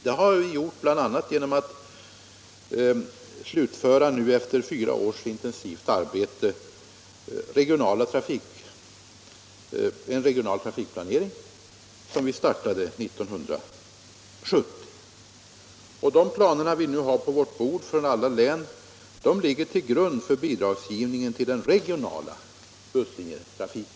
Det har vi gjort bl.a. genom att efter fyra års intensivt arbete slutföra en regional trafikplanering som vi startade 1970. De planer vi nu har på vårt bord från alla län ligger till grund för bidragen till den regionala busslinjetrafiken.